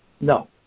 No